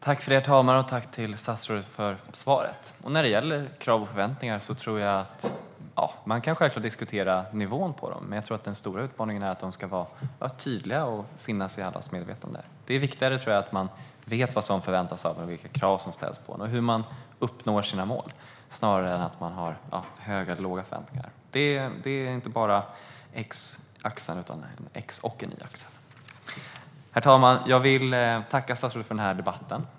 Herr talman! Man kan självklart diskutera nivån på kraven och förväntningarna, men jag tror att den stora utmaningen är att göra dem tydliga och se till att de finns i allas medvetande. Jag tror att det handlar mer om att veta vad som förväntas av en och vilka krav som ställs på en - och hur man uppnår sina mål - än om hur höga eller låga förväntningarna är. Det är inte bara X-axeln, utan det är en X och en Y-axel. Herr talman! Jag vill tacka statsrådet för debatten.